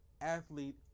athlete